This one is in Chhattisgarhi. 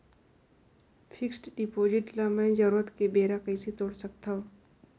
फिक्स्ड डिपॉजिट ल मैं जरूरत के बेरा कइसे तोड़ सकथव?